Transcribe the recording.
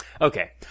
Okay